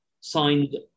signed